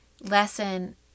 lesson